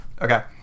Okay